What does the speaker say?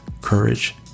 Courage